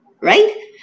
right